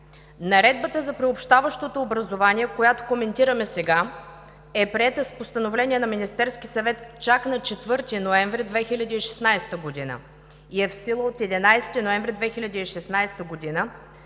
Наредбата за приобщаващото образование, която коментираме сега, е приета с постановление на Министерския съвет чак на 4 ноември 2016 г. и е в сила от 11 ноември 2016 г.,